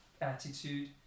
attitude